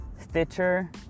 stitcher